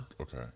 Okay